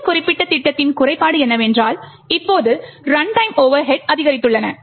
இந்த குறிப்பிட்ட திட்டத்தின் குறைபாடு என்னவென்றால் இப்போது ரன் டைம் ஓவர்ஹெட் அதிகரித்துள்ளன